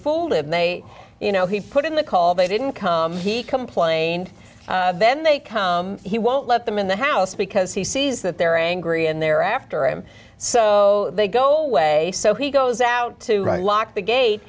folded they you know he put in the call they didn't come he complained then they come he won't let them in the house because he sees that they're angry and they're after him so they go away so he goes out to write lock the gate